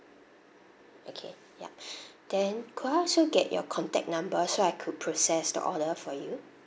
okay yup then could I also get your contact number so I could process the order for you